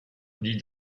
dit